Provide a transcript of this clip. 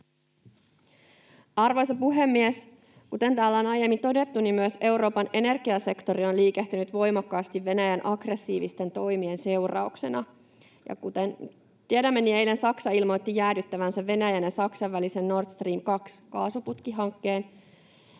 Arvoisa puhemies! Kuten täällä on aiemmin todettu, niin myös Euroopan energiasektori on liikehtinyt voimakkaasti Venäjän aggressiivisten toimien seurauksena. Ja kuten tiedämme, niin eilen Saksa ilmoitti jäädyttävänsä Venäjän ja Saksan välisen Nord Stream 2 ‑kaasuputkihankkeen.